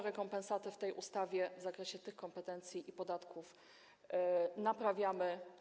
Rekompensatę w tej ustawie w zakresie tych kompetencji i podatków naprawiamy.